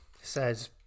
says